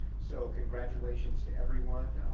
so congratulations to everyone,